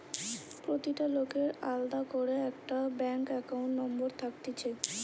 প্রতিটা লোকের আলদা করে একটা ব্যাঙ্ক একাউন্ট নম্বর থাকতিছে